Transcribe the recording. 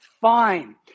fine